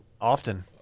often